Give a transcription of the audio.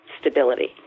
stability